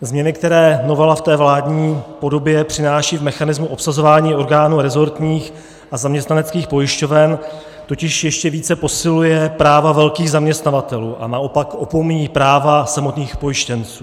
Změny, které novela v té vládní podobě přináší v mechanismu obsazování orgánů rezortních a zaměstnaneckých pojišťoven, totiž ještě více posilují práva velkých zaměstnavatelů, a naopak opomíjejí práva samotných pojištěnců.